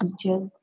teachers